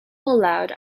allowed